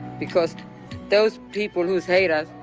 because those people who hate us,